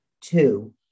Two